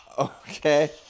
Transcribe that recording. Okay